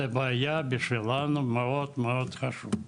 זו בעיה בשבילנו מאוד מאוד חשובה.